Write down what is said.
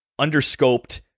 underscoped